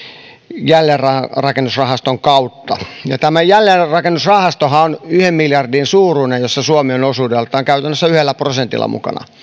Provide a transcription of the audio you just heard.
jälleenrakennusrahaston kautta tämä jälleenrakennusrahastohan on yhden miljardin suuruinen jossa suomi on osuudeltaan käytännössä yhdellä prosentilla mukana